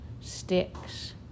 sticks